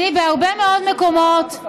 בהרבה מאוד מקומות,